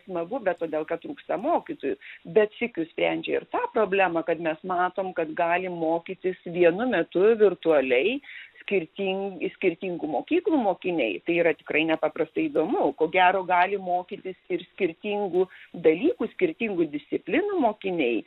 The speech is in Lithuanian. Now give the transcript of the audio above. smagu bet todėl kad trūksta mokytojų bet sykiu sprendžia ir tą problemą kad mes matom kad galim mokytis vienu metu virtualiai skirtin skirtingų mokyklų mokiniai tai yra tikrai nepaprastai įdomu ko gero gali mokytis ir skirtingų dalykų skirtingų disciplinų mokiniai